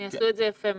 הם יעשו את זה יפה מאוד.